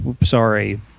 Sorry